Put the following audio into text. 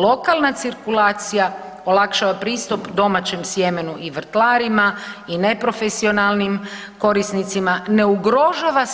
Lokalna cirkulacija olakšava pristup domaćem sjemenu i vrtlarima i neprofesionalnim korisnicima, ne ugrožava